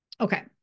okay